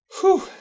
Whew